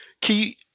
key